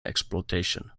exploitation